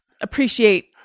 appreciate